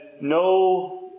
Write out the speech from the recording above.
no